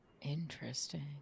Interesting